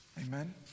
Amen